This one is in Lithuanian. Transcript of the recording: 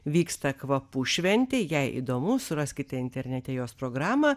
vyksta kvapų šventė jei įdomu suraskite internete jos programą